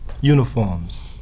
uniforms